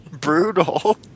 brutal